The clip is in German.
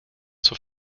zur